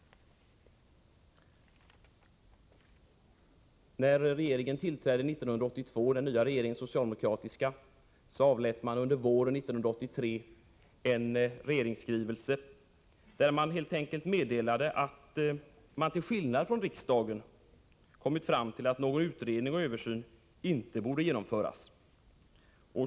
Den nya socialdemokratiska regeringen tillträdde 1982 och avlät under våren 1983 en regeringsskrivelse där man helt enkelt meddelade att man till skillnad från riksdagen kommit fram till att någon utredning och översyn inte borde genomföras.